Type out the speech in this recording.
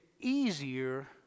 easier